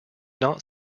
not